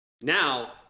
Now